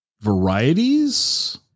varieties